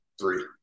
Three